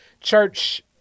church